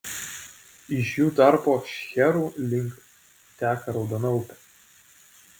iš jų tarpo šcherų link teka raudona upė